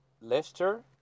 Leicester